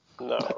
No